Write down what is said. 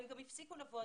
הם הפסיקו לבוא.